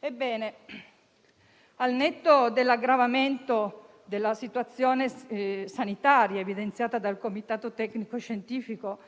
Ebbene, al netto dell'aggravamento della situazione sanitaria evidenziata dal Comitato tecnico-scientifico